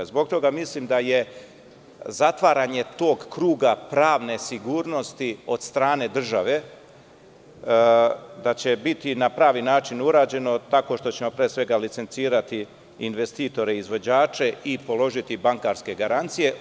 Zbog toga mislim da je zatvaranje tog krugapravne sigurnosti od strane države, da će biti na pravi način urađeno, tako što ćemo pre svega licencirati investitore i izvođače i položiti bankarske garancije.